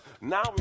Now